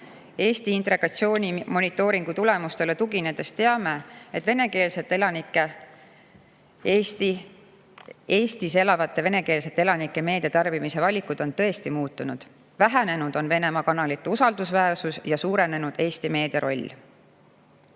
Eesti integratsiooni monitooringu tulemustele tuginedes teame, et Eestis elavate venekeelsete elanike meediatarbimise valikud on tõesti muutunud. Vähenenud on Venemaa kanalite usaldusväärsus ja suurenenud Eesti meedia